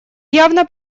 явно